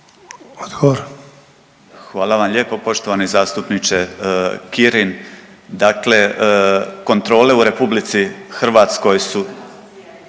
Šime** Hvala vam lijepo poštovani zastupniče Kirin. Dakle, kontrole u RH su